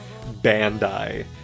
Bandai